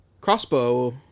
crossbow